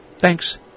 Thanks